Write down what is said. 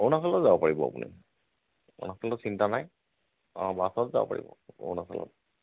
অৰুণাচলও যাব পাৰিব আপুনি অৰুণাচলত চিন্তা নাই অঁ বাছত যাব পাৰিব অৰুণাচলত